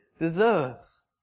deserves